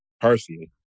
personally